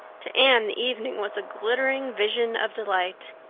to anne the evening was a glittering vision of delight.